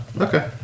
Okay